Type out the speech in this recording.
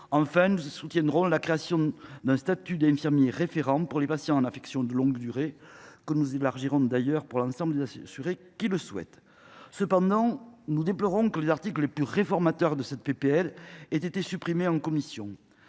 Enfin, nous soutiendrons la création d’un statut d’infirmier référent pour les patients en affection de longue durée. Nous proposons même d’élargir cette mesure à l’ensemble des assurés qui le souhaitent. Cependant, nous déplorons que les articles les plus réformateurs de cette proposition de loi aient été supprimés par la commission.